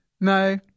No